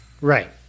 Right